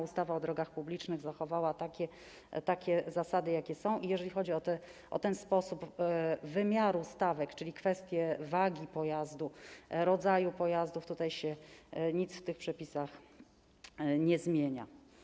Ustawa o drogach publicznych zachowała takie zasady, jakie są, i jeżeli chodzi o ten sposób wymiaru stawek, czyli kwestie wagi pojazdu, rodzaju pojazdu, nic się w tych przepisach nie zmienia.